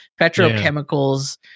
Petrochemicals